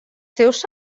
seus